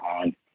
on